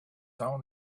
own